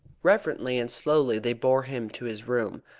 reverently and slowly they bore him to his room,